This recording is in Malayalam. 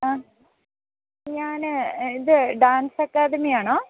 ആ ഞാൻ ഇത് ഡാൻസ് അക്കാദമിയാണോ